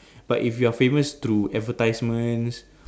but if you are famous through advertisements